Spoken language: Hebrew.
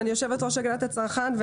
אני יו"ר הוועדה להגנת הצרכן,